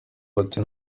bati